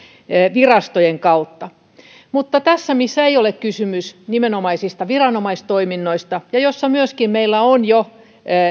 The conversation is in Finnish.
virastojen kautta mutta tässä ei ole kysymys nimenomaisista viranomaistoiminnoista ja meillä on myöskin jo